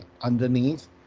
underneath